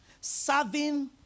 Serving